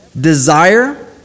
desire